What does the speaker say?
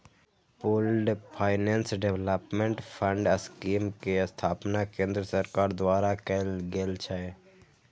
pooled finance development fund scheme के स्थापना केंद्र सरकार द्वारा कैल गेल छै